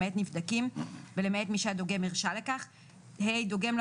למעט נבדקים למעט מי שהדוגם הרשה לכך; דוגם לא